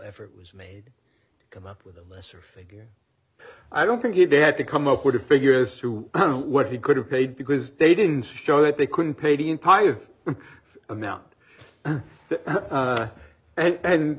effort was made to come up with a lesser figure i don't think if they had to come up with the figures to what he could have paid because they didn't show that they couldn't pay the entire amount and